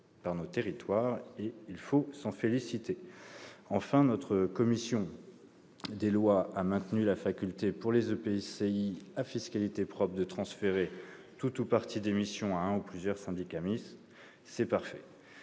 Enfin, la commission des lois a maintenu la faculté pour les EPCI à fiscalité propre de transférer tout ou partie des missions à un ou plusieurs syndicats mixtes. Il s'agit